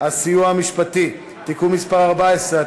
הסיוע המשפטי (תיקון מס' 14),